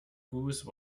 goose